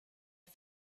her